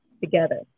together